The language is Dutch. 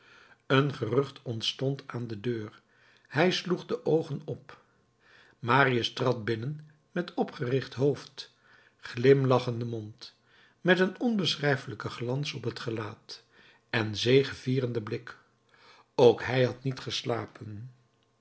een gerucht ontstond aan de deur hij sloeg de oogen op marius trad binnen met opgericht hoofd glimlachenden mond met een onbeschrijfelijken glans op het gelaat en zegevierenden blik ook hij had niet geslapen